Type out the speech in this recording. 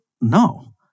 no